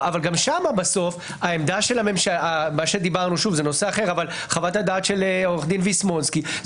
גם שם בסוף מה שדיברנו חוות הדעת של עו"ד ויסמונסקי,